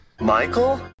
Michael